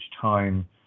time